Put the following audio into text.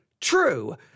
true